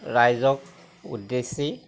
ৰাইজক উদ্দেশ্যেই